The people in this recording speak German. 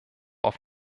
auf